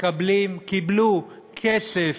שקיבלו כסף,